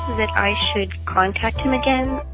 that i should contact him again?